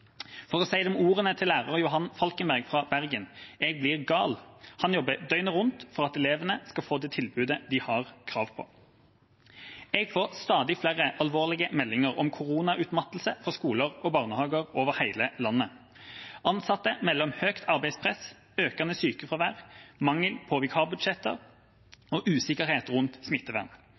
For å si det med ordene til lærer Johan Falkenberg fra Bergen: «Jeg blir gal.» Han jobber døgnet rundt for at elevene skal få det tilbudet de har krav på. Jeg får stadig flere alvorlige meldinger om koronautmattelse fra skoler og barnehager over hele landet. Ansatte melder om høyt arbeidspress, økende sykefravær, mangel på vikarbudsjetter og usikkerhet rundt